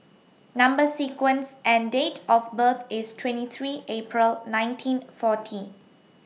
Number sequence and Date of birth IS twenty three April nineteen forty